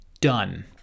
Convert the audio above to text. Done